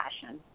passion